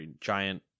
giant